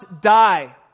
die